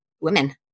women